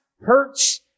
hurts